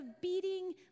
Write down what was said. beating